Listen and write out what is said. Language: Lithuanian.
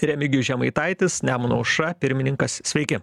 remigijus žemaitaitis nemuno aušra pirmininkas sveiki